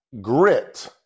grit